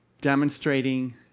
demonstrating